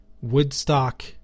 Woodstock